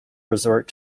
resort